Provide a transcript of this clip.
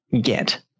get